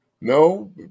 No